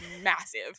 massive